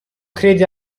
crede